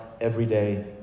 everyday